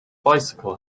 bicycle